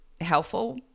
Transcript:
helpful